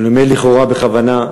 אני אומר לכאורה בכוונה.